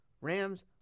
Rams